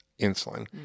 insulin